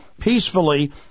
peacefully